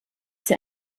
sie